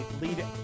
lead